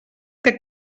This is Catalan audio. que